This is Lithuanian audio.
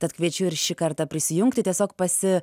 tad kviečiu ir šį kartą prisijungti tiesiog pasi